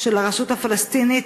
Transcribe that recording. של הרשות הפלסטינית,